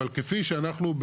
אבל כפי שאנחנו,